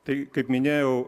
tai kaip minėjau